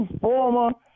former